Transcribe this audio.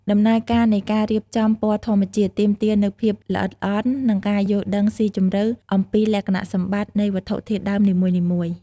ដំណើរការនៃការរៀបចំពណ៌ធម្មជាតិទាមទារនូវភាពល្អិតល្អន់ និងការយល់ដឹងស៊ីជម្រៅអំពីលក្ខណៈសម្បត្តិនៃវត្ថុធាតុដើមនីមួយៗ។